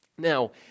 Now